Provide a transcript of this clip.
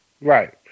right